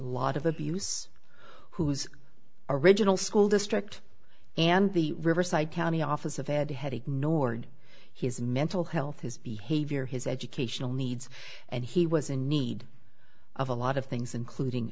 lot of abuse whose original school district and the riverside county office of ed had ignored his mental health his behavior his educational needs and he was in need of a lot of things including